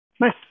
Nice